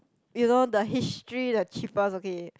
you know the history the cheapest okay